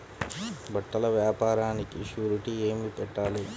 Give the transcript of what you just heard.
బట్టల వ్యాపారానికి షూరిటీ ఏమి పెట్టాలి?